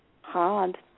hard